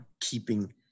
keeping